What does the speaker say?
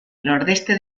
nordeste